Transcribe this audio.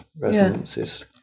resonances